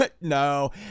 No